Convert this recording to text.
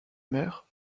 mère